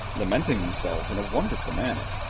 lamenting themselves in a wonderful manner,